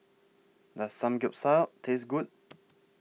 Does Samgeyopsal Taste Good